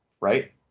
right